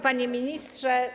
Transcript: Panie Ministrze!